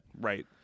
right